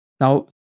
Now